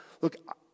look